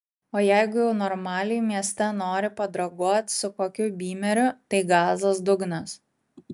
o jeigu jau normaliai mieste nori padraguot su kokiu bymeriu tai gazas dugnas